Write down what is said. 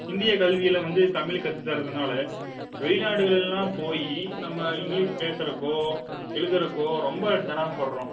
இந்திய கல்வியில் வந்து தமிழ் கற்றுத்தரதுனால வெளிநாடுகளெல்லாம் போய் நம்ம இங்கிலீஷ் பேசறதுக்கோ எழுதுறதுக்கோ ரொம்ப சிரமப்பட்றோம்